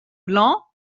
blancs